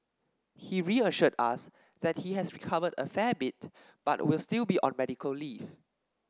he reassured us that he has recovered a fair bit but will still be on medical leave